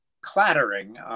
clattering